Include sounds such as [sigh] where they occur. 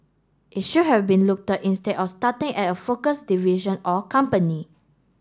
it should have been [unintelligible] instead of starting at a focused division or company